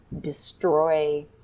destroy